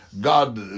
God